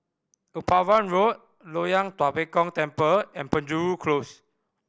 Upavon Road Loyang Tua Pek Kong Temple and Penjuru Close